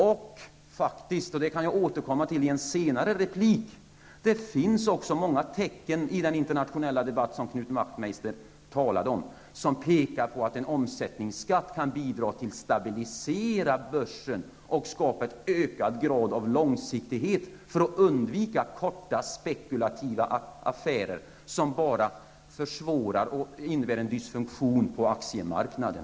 Och det finns faktiskt -- det kan jag återkomma till i en senare replik -- också många tecken i den internationella debatt som Knut Wachtmeister talade om som pekar på att en omsättningsskatt kan bidra till att stabilisera börsen och skapa en ökad grad av långsiktighet för att undvika korta, spekulativa affärer, som bara försvårar och innebär en dysfunktion på aktiemarknaden.